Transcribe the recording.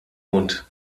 mund